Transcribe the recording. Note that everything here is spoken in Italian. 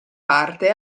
parte